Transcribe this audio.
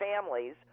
families